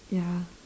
ya